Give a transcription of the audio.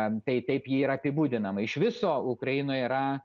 antai taip ji yra apibūdinama iš viso ukrainoje yra